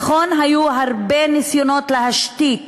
נכון, היו הרבה ניסיונות להשתיק